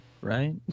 right